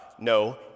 No